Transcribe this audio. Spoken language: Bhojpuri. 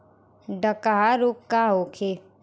डकहा रोग का होखे?